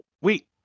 wait